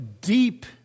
deep